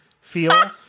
feel